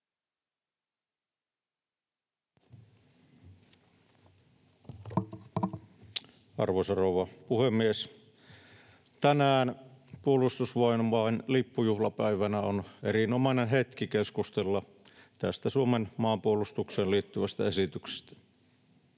Arvoisa rouva puhemies! Tänään puolustusvoimain lippujuhlan päivänä on erinomainen hetki keskustella tästä Suomen maanpuolustukseen liittyvästä esityksestä.